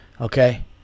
okay